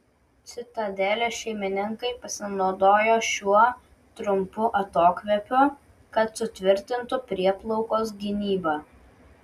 citadelės šeimininkai pasinaudojo šiuo trumpu atokvėpiu kad sutvirtintų prieplaukos gynybą